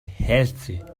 healthy